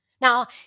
Now